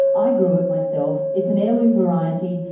i grew it myself. it's an heirloom variety.